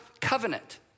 covenant